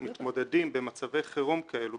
מתמודדים במצבי חירום כאלה,